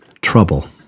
trouble